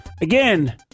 again